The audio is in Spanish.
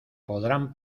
podrán